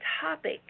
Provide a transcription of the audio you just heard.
topic